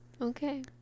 Okay